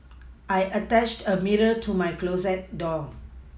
I attached a mirror to my closet door